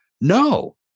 No